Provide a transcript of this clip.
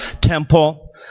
temple